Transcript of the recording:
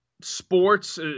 sports